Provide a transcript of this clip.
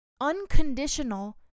Unconditional